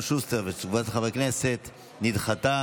הכנסת אלון שוסטר וקבוצת חברי הכנסת נדחתה.